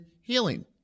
healing